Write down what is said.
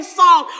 song